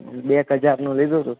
back હજારનું લીધું તું